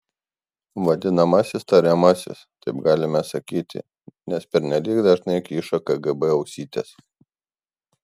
vadinamasis tariamasis taip galime sakyti nes pernelyg dažnai kyšo kgb ausytės